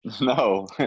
No